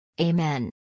Amen